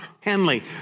Henley